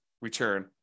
return